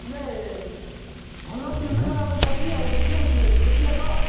ହେଲେ ଭଲ ସିନେମା ଗୋଟେ ପଡ଼ିଛି ଆଉ ଦେଖିବାକୁ ଦେଖିବା ତ